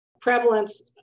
prevalence